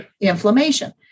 inflammation